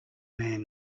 man